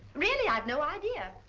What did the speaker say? really, i've no idea.